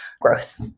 growth